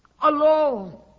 alone